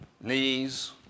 Knees